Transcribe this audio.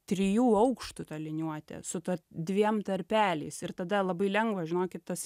trijų aukštų ta liniuotė su dviem tarpeliais ir tada labai lengva žinokit tas